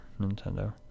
Nintendo